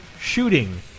shooting